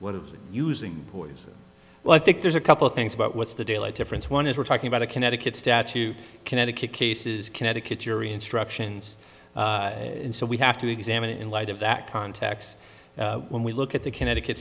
what it was using poison well i think there's a couple of things about what's the deal of difference one is we're talking about a connecticut statute connecticut cases connecticut jury instructions and so we have to examine it in light of that context when we look at the connecticut